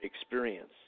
experience